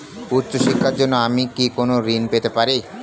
উচ্চশিক্ষার জন্য আমি কি কোনো ঋণ পেতে পারি?